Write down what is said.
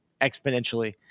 exponentially